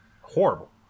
horrible